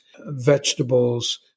vegetables